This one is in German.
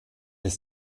ist